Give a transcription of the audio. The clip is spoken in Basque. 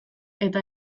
eta